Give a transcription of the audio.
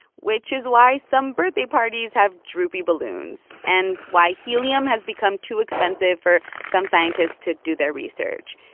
which is why some birthday parties have droopy balloons and why helium has become too expensive for some scientists to do their research.